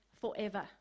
forever